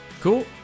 Cool